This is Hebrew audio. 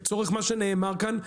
לצורך מה שנאמר כאן,